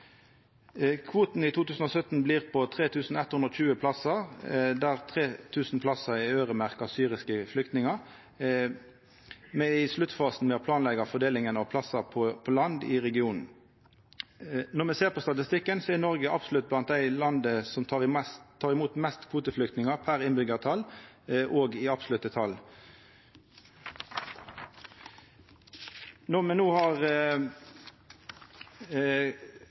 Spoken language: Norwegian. i 2017 blir på 3 120 plassar, der 3 000 plassar er øyremerkte til syriske flyktningar. Me er i sluttfasen med å planleggja fordelinga av plassar på land i regionen. Når me ser på statistikken, er Noreg absolutt av dei landa som tek imot mest kvoteflyktningar både per innbyggjar og i absolutte tal. Når me no har fått kontroll over tilstrøyminga og på den måten òg har